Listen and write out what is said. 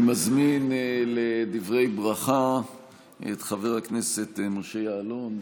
אני מזמין לדברי ברכה את חבר הכנסת משה יעלון.